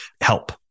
help